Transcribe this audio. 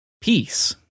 Peace